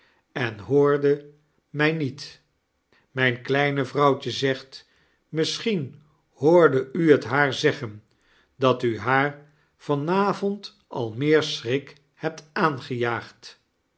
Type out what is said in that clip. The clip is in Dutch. en hoordet mij niet mijn kleine vrouwtje zegt misschien hoorde u t haar zeggen dat u haar van avond al meer schrik hebt aangejaagd